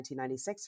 1996